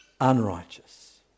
unrighteous